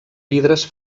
vidres